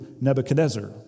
Nebuchadnezzar